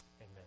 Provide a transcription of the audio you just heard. Amen